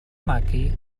magu